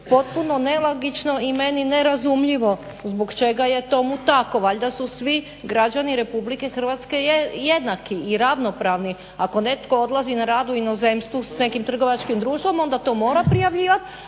Potpuno nelogično i meni nerazumljivo zbog čega je tomu tako. Valjda su svi građani RH jednaki i ravnopravni. Ako netko odlazi na rad u inozemstvo s nekim trgovačkim društvom onda to mora prijavljivati,